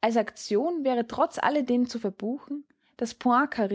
als aktion wäre trotz alledem zu verbuchen daß poincar